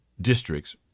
districts